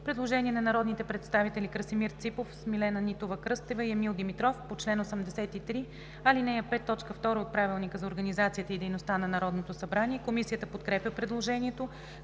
Предложение на народните представители Красимир Ципов, Смилена Нитова-Кръстева и Емил Димитров по чл. 83, ал. 5, т. 2 от Правилника за организацията и дейността на Народното събрание. Комисията подкрепя предложението.